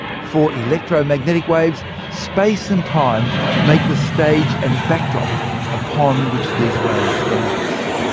for electromagnetic waves, space and time make the stage and backdrop upon which these waves dance.